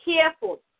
careful